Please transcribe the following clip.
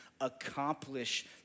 accomplish